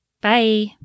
Bye